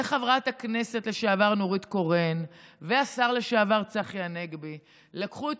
כשחברת הכנסת לשעבר נורית קורן והשר לשעבר צחי הנגבי לקחו את